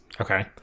Okay